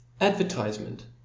Advertisement